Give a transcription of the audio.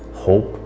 hope